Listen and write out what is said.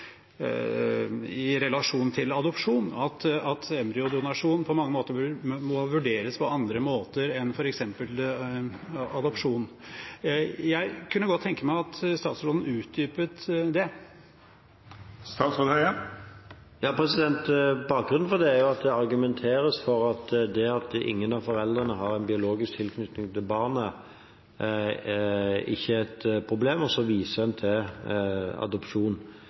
i relasjon til adopsjon, at embryodonasjon på mange måter må vurderes på andre måter enn f.eks. adopsjon. Jeg kunne godt tenke meg at statsråden utdypet det. Bakgrunnen for det er at det argumenteres med at det at ingen av foreldrene har en biologisk tilknytning til barnet, ikke er et problem, og så viser en til adopsjon.